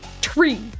tree